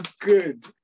good